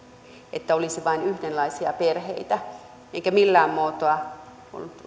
että olisi vain yhdenlaisia perheitä enkä millään muotoa